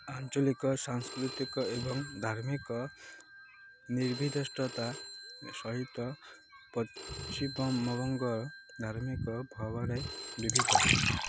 ଆଞ୍ଚଳିକ ସାଂସ୍କୃତିକ ଏବଂ ଧାର୍ମିକ ନିର୍ଦ୍ଦିଷ୍ଟତା ସହିତ ପଶ୍ଚିମମବଙ୍ଗ ଧାର୍ମିକ ଭାବରେ ବିଭିତ